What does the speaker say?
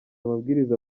amabwiriza